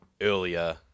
earlier